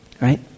right